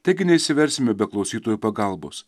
taigi neišsiversime be klausytojų pagalbos